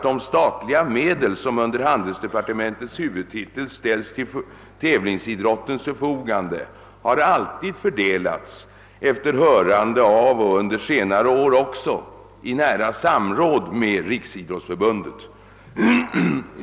De statliga medel som under handelsdepartementets huvudtitel ställs till tävlingsidrottens förfogande har alltid fördelats efter hörande av och under senare år också i nära samråd med riksidrottsförbundet.